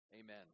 Amen